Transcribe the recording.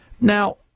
Now